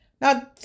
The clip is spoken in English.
Now